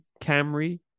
camry